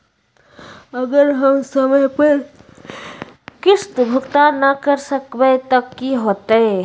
अगर हम समय पर किस्त भुकतान न कर सकवै त की होतै?